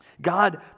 God